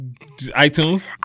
iTunes